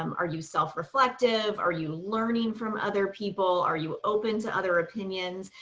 um are you self-reflective? are you learning from other people? are you open to other opinions?